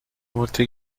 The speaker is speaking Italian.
molte